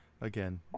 again